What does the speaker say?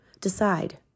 Decide